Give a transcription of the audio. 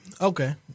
Okay